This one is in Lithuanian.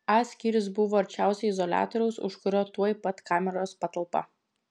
a skyrius buvo arčiausiai izoliatoriaus už kurio tuoj pat kameros patalpa